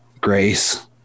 Grace